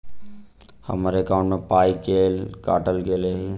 हम्मर एकॉउन्ट मे पाई केल काटल गेल एहि